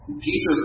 Peter